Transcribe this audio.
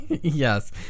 Yes